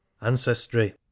ancestry